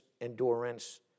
endurance